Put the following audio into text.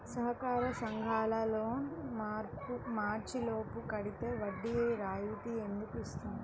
సహకార సంఘాల loan March లోపు కట్టితే వడ్డీ రాయితీ ఎందుకు ఇస్తుంది?